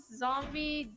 zombie